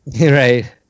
Right